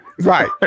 Right